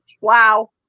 Wow